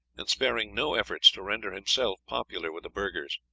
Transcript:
and sparing no efforts to render himself popular with the burghers.